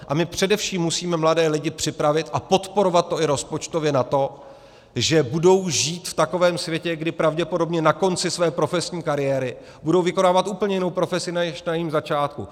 A především musíme mladé lidi připravit, a podporovat to i rozpočtově, na to, že budou žít v takovém světě, kdy pravděpodobně na konci své profesní kariéry budou vykonávat úplně jinou profesi než na jejím začátku.